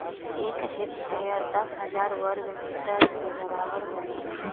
एक हेक्टेयर दस हजार वर्ग मीटर के बराबर होला